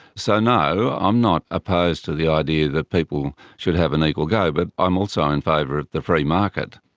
so no, i'm not opposed to the idea that people should have an equal go, but i'm also in favour of the free market.